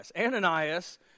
Ananias